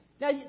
Now